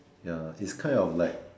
ya is kind of like